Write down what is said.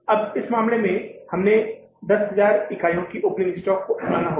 अब इस मामले में हमें 10000 इकाइयों के ओपनिंग स्टॉक को अपनाना होगा